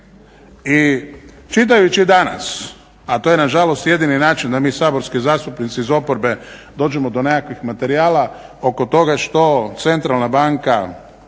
I čitajući danas, a to je nažalost jedini način da mi saborski zastupnici iz oporbe dođemo do nekakvih materijala oko toga što Centralna banka